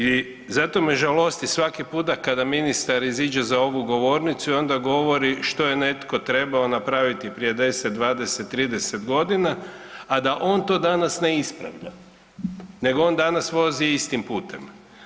I zato me žalosti svaki puta kada ministar iziđe za ovu govornicu i onda govori što je netko trebao napraviti prije 10, 20, 30 godina, a da on to danas ne ispravlja nego on danas vozi istim putem.